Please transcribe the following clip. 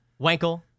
Wankel